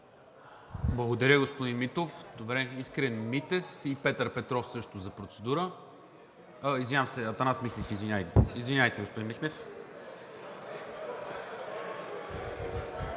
Благодаря, господин Митов. Искрен Митев и Петър Петров също за процедура. Извинявам се – Атанас Михнев. Извинявайте, господин Михнев.